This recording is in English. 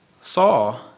saw